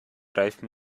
reifen